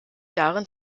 darin